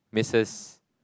missus